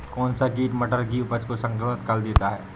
कौन सा कीट मटर की उपज को संक्रमित कर देता है?